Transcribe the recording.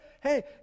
hey